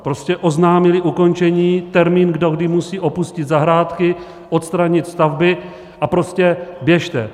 Prostě oznámili ukončení, termín, do kdy musí opustit zahrádky, odstranit stavby, a prostě běžte.